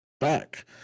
back